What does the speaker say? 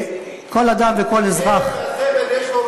כל אדם וכל אזרח, לסבל, יש לו רק צבע אחד.